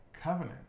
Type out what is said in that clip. covenant